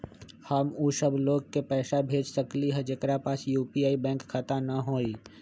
हम उ सब लोग के पैसा भेज सकली ह जेकरा पास यू.पी.आई बैंक खाता न हई?